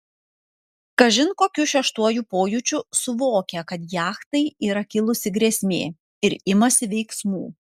kažin kokiu šeštuoju pojūčiu suvokia kad jachtai yra kilusi grėsmė ir imasi veiksmų